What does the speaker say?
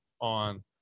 on